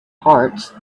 hearts